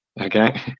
Okay